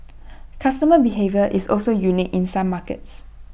customer behaviour is also unique in some markets